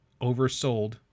oversold